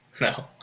No